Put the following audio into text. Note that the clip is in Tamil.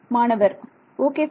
மாணவர் ஓகே சார்